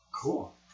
Cool